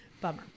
Bummer